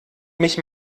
mich